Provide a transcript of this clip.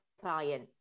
client